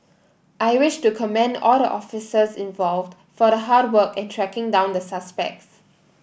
I wish to commend all the officers involved for the hard work in tracking down the suspects